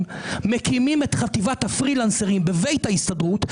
מקימים את חטיבת הפרילנסרים בבית ההסתדרות.